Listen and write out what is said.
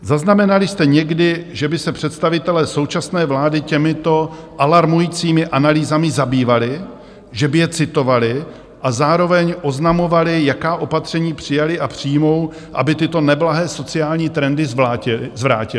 Zaznamenali jste někdy, že by se představitelé současné vlády těmito alarmujícími analýzami zabývali, že by je citovali a zároveň oznamovali, jaká opatření přijali a přijmou, aby tyto neblahé sociální trendy zvrátili?